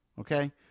Okay